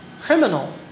criminal